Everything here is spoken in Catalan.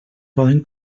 poden